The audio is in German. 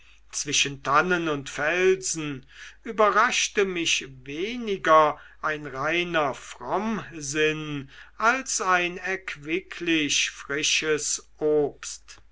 zwischen tannen und felsen überraschte mich weniger ein reiner frommsinn als ein erquicklich frisches obst